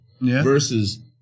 versus